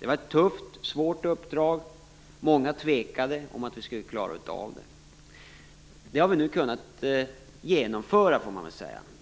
Det var ett tufft och svårt uppdrag. Många tvivlade på att vi skulle klara av det. Det har vi nu kunnat genomföra, får man väl säga.